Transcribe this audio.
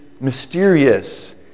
mysterious